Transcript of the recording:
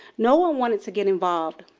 no one wanted to get involved.